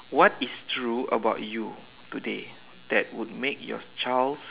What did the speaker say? what is true about you today that would make your child